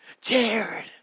Jared